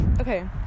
okay